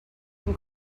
can